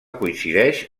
coincideix